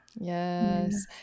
yes